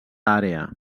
àrea